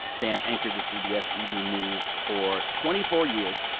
dan anchored the cbs evening news for twenty four years.